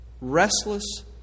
restless